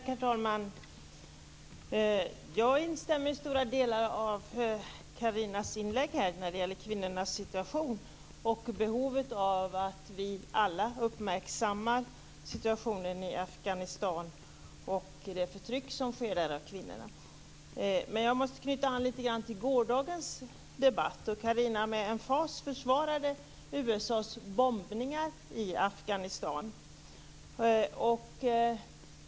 Herr talman! Jag instämmer i stora delar av Carinas inlägg när det gäller kvinnornas situation och behovet av att vi alla uppmärksammar situationen i Afghanistan och det förtryck som sker där av kvinnorna. Men jag måste knyta an lite grann till gårdagens debatt, då Carina med emfas försvarade USA:s bombningar i Afghanistan.